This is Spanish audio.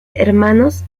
hermanos